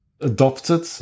adopted